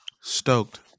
Stoked